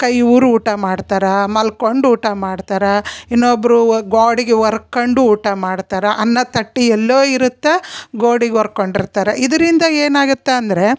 ಕೈ ಊರಿ ಊಟ ಮಾಡ್ತಾರ ಮಲ್ಕೊಂಡು ಊಟ ಮಾಡ್ತಾರ ಇನ್ನೊಬ್ಬರು ವ ಗೋಡಿಗೆ ಒರ್ಕೊಂಡು ಊಟ ಮಾಡ್ತಾರ ಅನ್ನ ತಟ್ಟೆ ಎಲ್ಲೋ ಇರುತ್ತೆ ಗೋಡಿಗೆ ಒರ್ಕೊಂಡು ಇರ್ತಾರ ಇದರಿಂದ ಏನಾಗತ್ತೆ ಅಂದರೆ